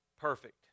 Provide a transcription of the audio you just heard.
Perfect